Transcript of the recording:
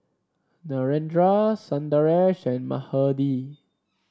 Narendra Sundaresh and Mahade